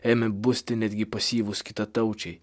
ėmė busti netgi pasyvūs kitataučiai